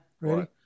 Ready